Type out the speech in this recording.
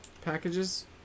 packages